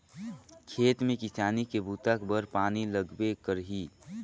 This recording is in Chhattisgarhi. खेत में किसानी के बूता बर पानी लगबे करही